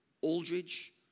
Aldridge